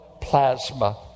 plasma